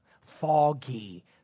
foggy